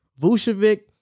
Vucevic